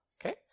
Okay